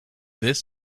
this